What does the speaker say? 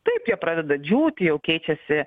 taip jie pradeda džiūti jau keičiasi